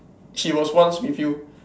she was once with you